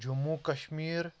Jammu Kashmir